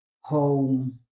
Home